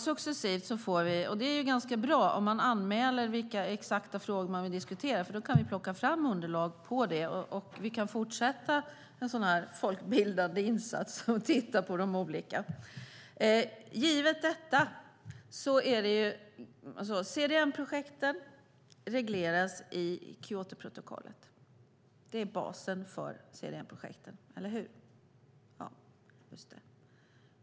Det är ganska bra om man anmäler vilka frågor man vill diskutera, för då kan vi plocka fram underlag för det, fortsätta en sådan här folkbildande insats och titta på de olika sakerna. CDM-projekten regleras i Kyotoprotokollet. Det är basen för CDM-projekten. Eller hur? Ja, just det.